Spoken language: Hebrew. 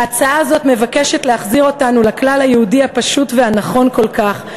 ההצעה הזאת מבקשת להחזיר אותנו לכלל היהודי הפשוט והנכון כל כך,